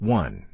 one